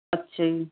ਅੱਛਾ ਜੀ